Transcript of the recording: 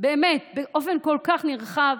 באמת באופן כל כך נרחב.